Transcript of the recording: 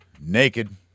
naked